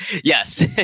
Yes